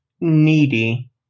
needy